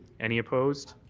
any opposed?